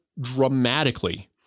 dramatically